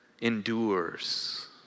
endures